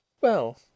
Well